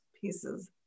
pieces